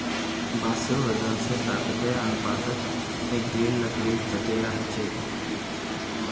बांसेर वजन स ताकतेर अनुपातत एक दृढ़ लकड़ी जतेला ह छेक